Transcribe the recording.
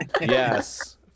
yes